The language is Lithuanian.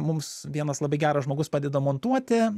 mums vienas labai geras žmogus padeda montuoti